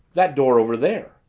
that door over there.